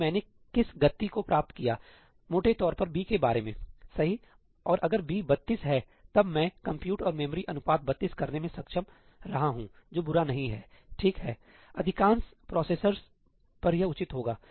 तो मैंने किस गति को प्राप्त किया है मोटे तौर पर b के बारे में सहीऔर अगर b 32 है तब मैं कंप्यूट और मेमोरी अनुपात 32 करने में सक्षम रहा हूं जो बुरा नहीं है ठीक हैअधिकांश प्रोसेसरों पर यह उचित होगा